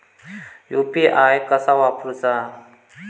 UPI कसा वापरूचा?